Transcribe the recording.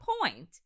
point